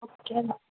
okay